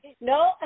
No